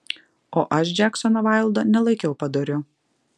o aš džeksono vaildo nelaikiau padoriu